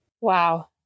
Wow